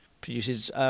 produces